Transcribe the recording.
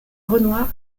renoir